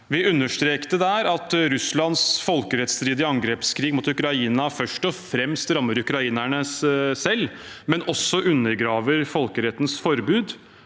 Vi understreket der at Russlands folkerettsstridige angrepskrig mot Ukraina først og fremst rammer ukrainerne selv, men at den også undergraver folkerettens forbud